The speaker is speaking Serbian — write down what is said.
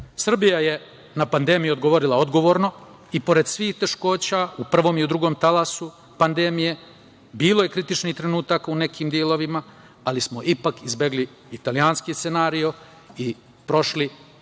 Srbija je na pandemiju odgovorila odgovorno i pored svih teškoća u prvom i u drugom talasu pandemije. Bilo je kritičnih trenutaka u nekim delovima, ali smo ipak izbegli italijanski scenario i prošli,